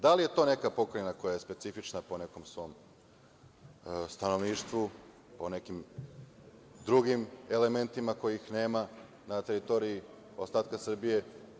Da li je to neka pokrajina koja je specifična po nekom svom stanovništvu, po nekim drugim elementima kojih nema na teritoriji ostatka Srbije?